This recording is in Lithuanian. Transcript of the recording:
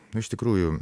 nu iš tikrųjų